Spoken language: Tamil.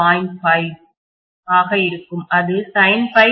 எனவே ஐ என்ன என்று நான் எழுத முயன்றால் அது ஆக இருக்கும்